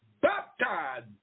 baptized